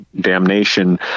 damnation